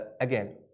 Again